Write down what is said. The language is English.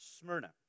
smyrna